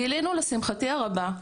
גילינו, לשמחתי הרבה,